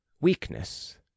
weakness